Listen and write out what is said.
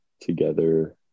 together